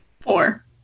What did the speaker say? Four